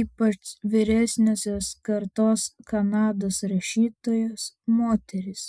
ypač vyresniosios kartos kanados rašytojos moterys